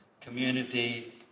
Community